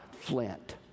flint